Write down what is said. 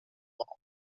mall